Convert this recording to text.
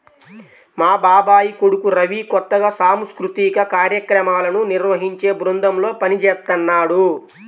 మా బాబాయ్ కొడుకు రవి కొత్తగా సాంస్కృతిక కార్యక్రమాలను నిర్వహించే బృందంలో పనిజేత్తన్నాడు